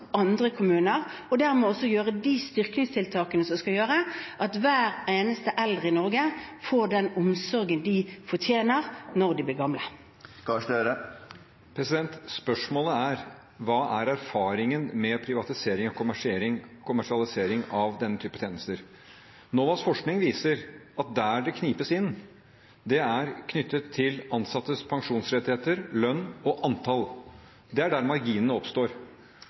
andre kommuner – og dermed også kan gjøre de styrkingstiltakene som skal gjøre at hver eneste av de eldre i Norge får den omsorgen de fortjener. Spørsmålet er: Hva er erfaringen med privatisering og kommersialisering av denne typen tjenester? NOVAs forskning viser at der det knipes inn, er knyttet til ansattes pensjonsrettigheter, lønn og antall. Det er der marginene oppstår.